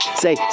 say